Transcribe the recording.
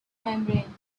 membrane